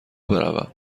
بروم